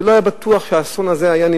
האשמות והטחות לא